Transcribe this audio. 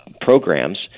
programs